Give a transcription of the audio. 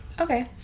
okay